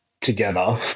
together